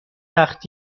وقت